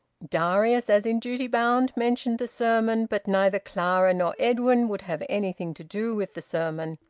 darius, as in duty bound, mentioned the sermon, but neither clara nor edwin would have anything to do with the sermon,